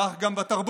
כך גם בתרבות,